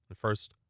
First